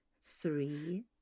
three